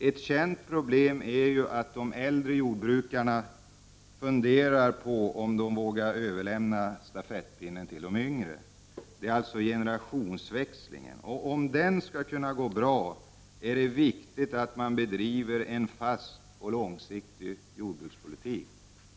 Ett särskilt problem är att de äldre jordbrukarna funderar på om de vågar överlämna stafettpinnen till de yngre. Om generationsväxlingen skall gå bra är det viktigt att det drivs en fast och långsiktig jordbrukspolitik.